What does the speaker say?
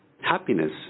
happiness